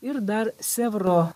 ir dar sevro